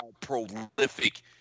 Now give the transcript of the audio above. prolific